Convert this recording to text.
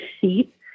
seat